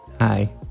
Hi